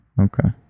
Okay